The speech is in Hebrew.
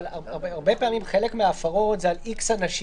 הרבה פעמים חלק מההפרות זה על X אנשים.